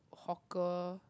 hawker